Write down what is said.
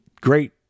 great